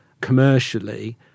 commercially